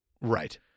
Right